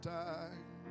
time